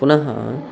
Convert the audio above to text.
पुनः